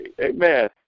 Amen